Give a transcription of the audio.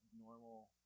normal